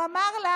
הוא אמר לה